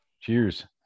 Cheers